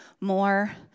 more